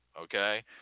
okay